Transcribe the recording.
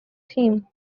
team